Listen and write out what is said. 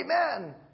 amen